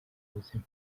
buzima